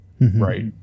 right